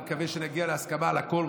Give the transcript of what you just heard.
אני מקווה שנגיע להסכמה על הכול.